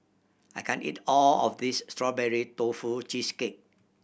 I can't eat all of this Strawberry Tofu Cheesecake